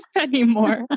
anymore